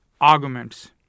arguments